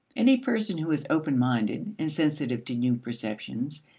any person who is open-minded and sensitive to new perceptions,